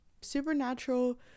supernatural